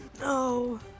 No